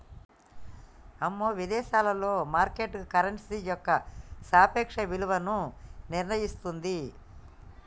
అమ్మో విదేశాలలో market currency యొక్క సాపేక్ష విలువను నిర్ణయిస్తుంది